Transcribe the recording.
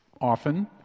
often